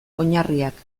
oinarriak